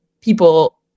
people